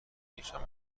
نشان